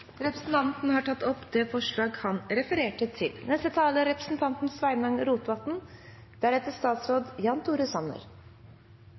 Representanten Per Olaf Lundteigen har tatt opp forslaget han refererte til. Det er